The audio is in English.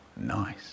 Nice